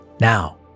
Now